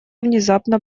внезапно